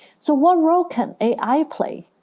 so what role can ai play?